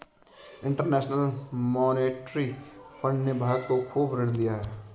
international monetary fund ने भारत को खूब ऋण दिया है